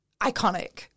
iconic